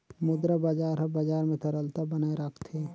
मुद्रा बजार हर बजार में तरलता बनाए राखथे